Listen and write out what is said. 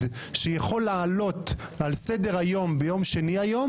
שיכול להעלות על סדר היום ביום שני היום,